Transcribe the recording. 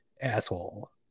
asshole